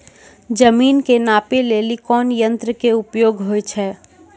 जमीन के नापै लेली कोन यंत्र के उपयोग होय छै?